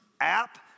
app